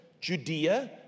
Judea